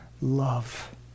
love